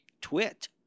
twit